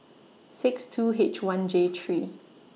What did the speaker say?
six two H one J three